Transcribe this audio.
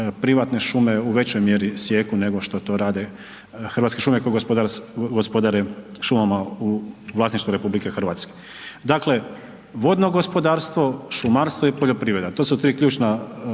privatne šume u većoj mjeri sijeku nego što to rade Hrvatske šume koje gospodare šumama u vlasništvu Republike Hrvatske. Dakle, vodno gospodarstvo, šumarstvo i poljoprivreda, to su tri ključna